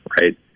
right